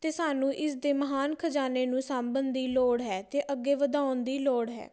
ਅਤੇ ਸਾਨੂੰ ਇਸ ਦੇ ਮਹਾਨ ਖਜ਼ਾਨੇ ਨੂੰ ਸਾਂਭਣ ਦੀ ਲੋੜ ਹੈ ਅਤੇ ਅੱਗੇ ਵਧਾਉਣ ਦੀ ਲੋੜ ਹੈ